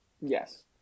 Yes